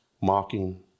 mocking